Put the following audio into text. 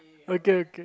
okay okay